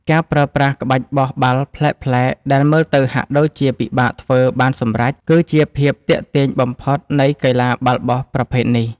ការប្រើប្រាស់ក្បាច់បោះបាល់ប្លែកៗដែលមើលទៅហាក់ដូចជាពិបាកធ្វើបានសម្រេច គឺជាភាពទាក់ទាញបំផុតនៃកីឡាបាល់បោះប្រភេទនេះ។